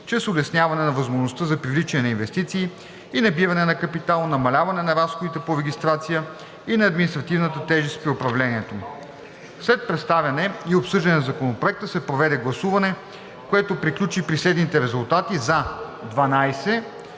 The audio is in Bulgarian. чрез улесняване на възможността за привличане на инвестиции и набиране на капитал, намаляване на разходите по регистрация и на административната тежест при управлението му. След представяне и обсъждане на Законопроекта се проведе гласуване, което приключи при следните резултати: „за“